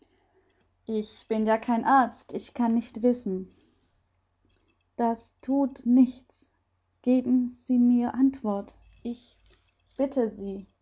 ich bin ja kein arzt ich kann nicht wissen das thut nichts geben sie mir antwort ich bitte sie